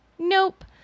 Nope